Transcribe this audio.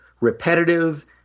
repetitive